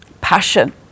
passion